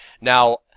now